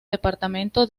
departamento